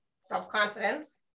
self-confidence